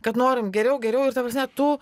kad norim geriau geriau ir ta prasme tų